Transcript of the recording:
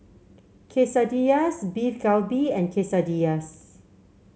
Quesadillas Beef Galbi and Quesadillas